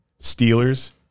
Steelers